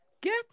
Get